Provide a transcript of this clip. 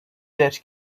dead